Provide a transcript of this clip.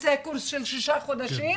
עושה קורס של שישה חודשים,